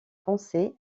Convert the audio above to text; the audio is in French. foncé